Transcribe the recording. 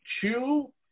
Chew